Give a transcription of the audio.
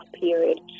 period